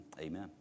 Amen